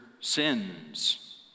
sins